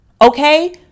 okay